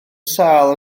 sâl